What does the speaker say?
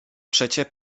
przecie